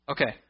Okay